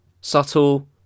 Subtle